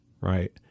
right